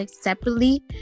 separately